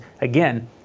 Again